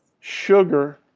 sugar,